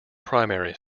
primary